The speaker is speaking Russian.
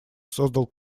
создал